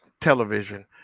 television